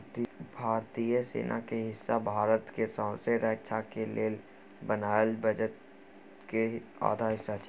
भारतीय सेना के हिस्सा भारत के सौँसे रक्षा के लेल बनायल बजट के आधा हिस्सा छै